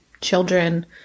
children